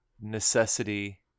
necessity